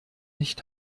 nicht